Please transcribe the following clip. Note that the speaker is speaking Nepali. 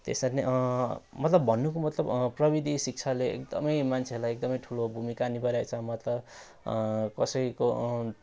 त्यसरी नै मतलब भन्नुको मतलब प्रविधि शिक्षाले एकदमै मान्छेलाई एकदमै ठुलो भूमिका निभाइरहेको छ मतलब कसैको